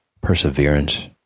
perseverance